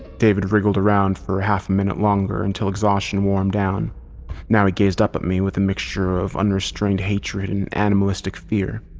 david wriggled around for a half a minute longer until exhaustion wore him down. he now ah gazed up at me with a mixture of unrestrained hatred and animalistic fear.